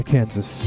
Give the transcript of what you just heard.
Kansas